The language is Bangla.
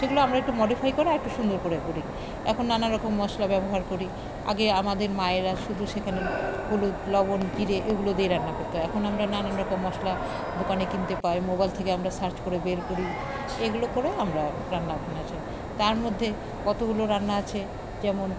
সেগুলো আমরা একটু মডিফাই করা একটু সুন্দর করে করি এখন নানারকম মশলা ব্যবহার করি আগে আমাদের মায়েরা শুধু সেখানে হলুদ লবণ জিরে এগুলো দিয়েই রান্না করত হয় এখন আমরা নানান রকম মশলা দোকানে কিনতে পাই মোবাইল থেকে আমরা সার্চ করে বের করি এগুলো করে আমরা রান্না ভান্না চাই তার মধ্যে কতগুলো রান্না আছে যেমন